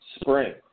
spring